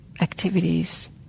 activities